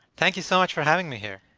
thank you so much for having me here.